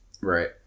Right